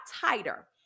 tighter